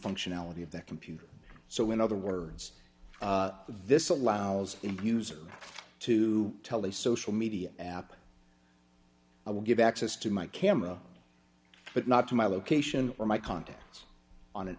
functionality of that computer so in other words this allows imbues to tell a social media app i will give access to my camera but not to my location or my contacts on an